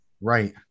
Right